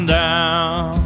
down